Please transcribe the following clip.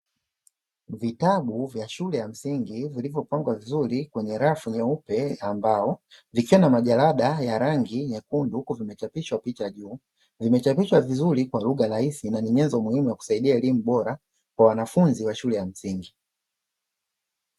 Vitabu vya shule ya msingi vilipopangwa vizuri kwenye rafu nyeupe ya mbao, vikiwa na majalada ya rangi nyekundu, huku vimechapishwa picha juu, vimechapishwa vizuri kwa lugha rahisi na ni nyenzo muhimu ya kusaidia elimu bora, kwa wanafunzi wa shule ya msingi.